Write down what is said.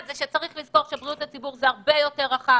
לדאוג לבריאות הציבור זה הרבה יותר רחב